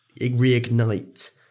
reignite